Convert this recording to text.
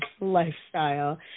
lifestyle